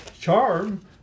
charm